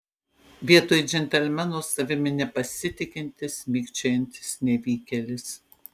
vietoj džentelmeno savimi nepasitikintis mikčiojantis nevykėlis